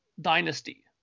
Dynasty